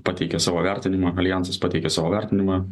pateikė savo vertinimą aljansas pateikė savo vertinimą